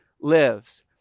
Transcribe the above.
lives